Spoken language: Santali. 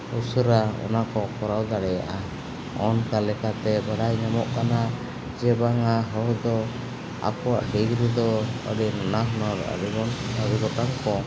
ᱩᱥᱟᱹᱨᱟ ᱚᱱᱟ ᱠᱚ ᱠᱚᱨᱟᱣ ᱫᱟᱲᱮᱭᱟᱜᱼᱟ ᱚᱱᱠᱟ ᱞᱮᱠᱟᱛᱮ ᱵᱟᱰᱟᱭ ᱧᱟᱢᱚᱜ ᱠᱟᱱᱟ ᱡᱮ ᱵᱟᱝᱼᱟ ᱡᱮ ᱦᱚᱲ ᱫᱚ ᱟᱠᱚᱣᱟᱜ ᱰᱤᱜᱽᱨᱤ ᱫᱚ ᱟᱹᱰᱤ ᱱᱟᱱᱟ ᱦᱩᱱᱟᱹᱨ ᱟᱹᱰᱤ ᱜᱚᱴᱟᱝ ᱠᱚ